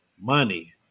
money